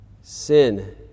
sin